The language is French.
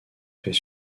fait